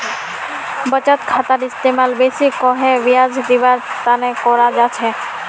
बचत खातार इस्तेमाल बेसि करे ब्याज दीवार तने कराल जा छे